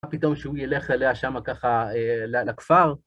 פתאום שהוא ילך עליה שמה ככה לכפר.